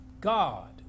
God